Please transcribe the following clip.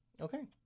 Okay